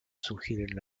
sugieren